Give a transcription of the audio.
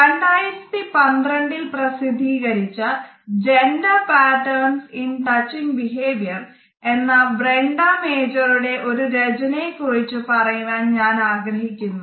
2012 ഇൽ പ്രസിദ്ധീകരിച്ച " gender pattern in touching behaviour" ഒരു രചനയെ കുറിച്ച് പറയുവാൻ ഞാൻ ആഗ്രഹിക്കുന്നു